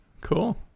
cool